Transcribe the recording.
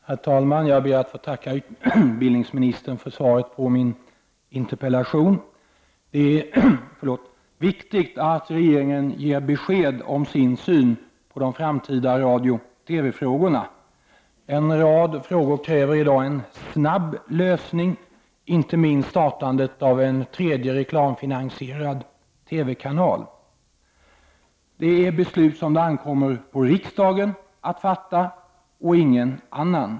Herr talman! Jag ber att få tacka utbildningsministern för svaret på min interpellation. Det är viktigt att regeringen ger besked om sin syn på de framtida radioTV-frågorna. En rad frågor kräver i dag en snabb lösning, inte minst startandet av en tredje reklamfinansierad TV-kanal. Detta är beslut som det ankommer på riksdagen att fatta och inte på någon annan.